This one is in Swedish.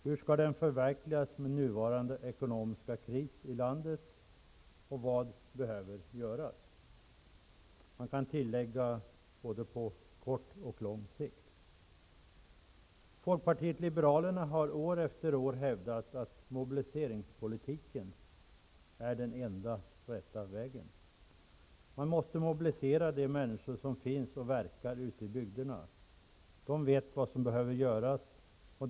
Hur skall den förverkligas med nuvarande ekonomiska kris i landet? Vad behöver göras -- på såväl kort som lång sikt? Folkpartiet liberalerna har år efter år hävdat att mobiliseringspolitiken är den enda rätta vägen. Man måste mobilisera de människor som finns och verkar ute i bygderna. De vet vad som behöver göras.